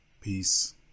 Peace